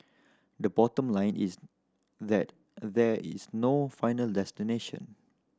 the bottom line is that there is no final destination